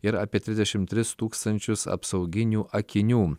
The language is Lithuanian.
ir apie trisdešimt tris tūkstančius apsauginių akinių